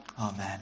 Amen